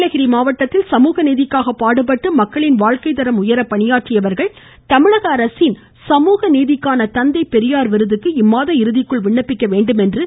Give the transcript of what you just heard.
நீலகிரி மாவட்டத்தில் சமூக நீதிக்காக பாடுபட்டு மக்களின் வாழ்க்கைத்தரம் உயர பணியாற்றியவர்கள் தமிழக அரசின் சமூக நீதிக்கான தந்தை பெரியார் விருதுக்கு இம்மாத இறுதிக்குள் விண்ணப்பிக்குமாறு ஆட்சித்தலைவா் திருமதி